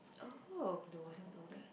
oh no I don't know that